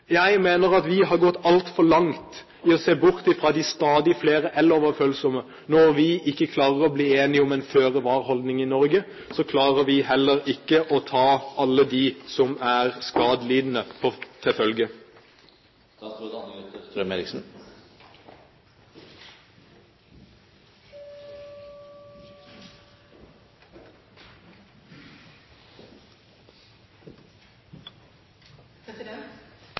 Jeg mener at vi har gått altfor langt i å se bort fra de stadig flere el-overfølsomme. Når vi ikke klarer å bli enige om en føre-var-holdning i Norge, så klarer vi heller ikke å ta til følge alle de som er skadelidende.